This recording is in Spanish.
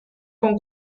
con